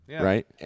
right